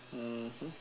mmhmm